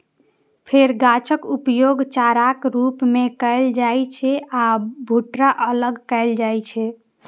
फेर गाछक उपयोग चाराक रूप मे कैल जाइ छै आ भुट्टा अलग कैल जाइ छै